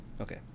Okay